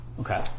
Okay